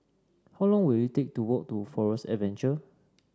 how long will it take to walk to Forest Adventure